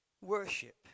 Worship